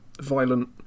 violent